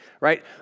right